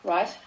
Right